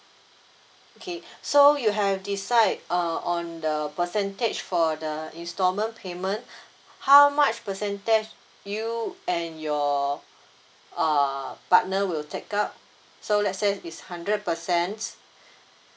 okay so you have decide uh on the percentage for the installment payment how much percentage you and your err partner will take up so let's say is hundred percent